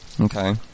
Okay